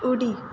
उडी